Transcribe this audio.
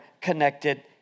connected